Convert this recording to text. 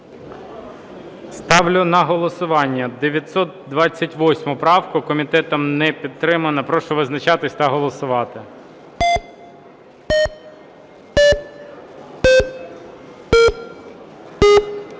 Ставлю на голосування 928 правку. Комітетом не підтримана. Прошу визначатися та голосувати.